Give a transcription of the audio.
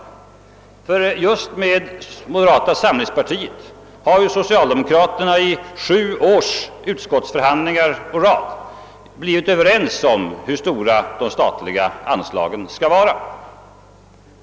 Socialdemokraterna har just med moderata samlingspartiet vid utskottsförhandlingar sju år i rad blivit överens om hur stora de statliga anslagen skall vara.